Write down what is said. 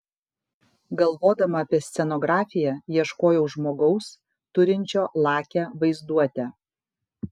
galvodama apie scenografiją ieškojau žmogaus turinčio lakią vaizduotę